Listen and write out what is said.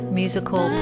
musical